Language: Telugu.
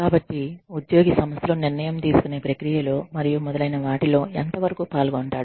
కాబట్టి ఉద్యోగి సంస్థలో నిర్ణయం తీసుకునే ప్రక్రియలో మరియు మొదలైన వాటిలో ఎంత వరకు పాల్గొంటాడు